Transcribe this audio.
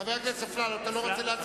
חבר הכנסת אפללו, אתה לא רוצה להצביע?